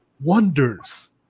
wonders